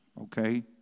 okay